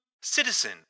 citizen